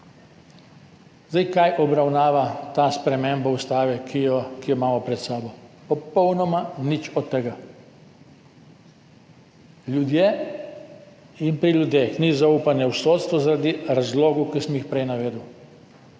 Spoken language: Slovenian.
Kaj obravnava ta sprememba ustave, ki jo imamo pred sabo? Popolnoma nič od tega. Pri ljudeh ni zaupanja v sodstvo zaradi razlogov, ki sem jih prej navedel.